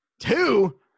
two